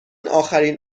آخرین